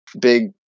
big